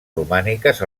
romàniques